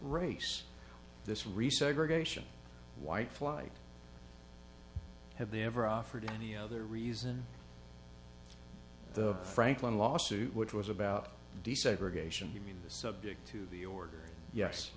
resegregation white flight have they ever offered any other reason the franklin lawsuit which was about desegregation you mean the subject to the order yes